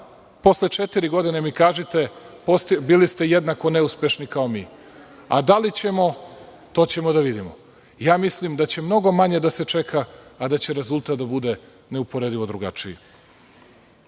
posle četiri godine mi kažite – bili ste jednako neuspešni kao mi. A da li ćemo, to ćemo da vidimo. Mislim da će mnogo manje da se čeka, a da će rezultat da bude neuporedivo drugačiji. Pričali